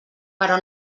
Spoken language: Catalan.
però